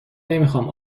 نمیخام